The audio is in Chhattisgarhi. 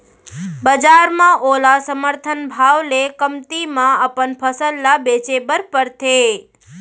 बजार म ओला समरथन भाव ले कमती म अपन फसल ल बेचे बर परथे